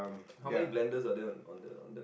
how many blenders are there on the on the